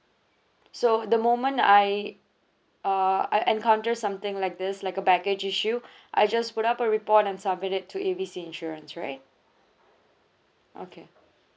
so the moment I uh I encounter something like this like a baggage issue I just put up a report and submit it to A B C insurance right okay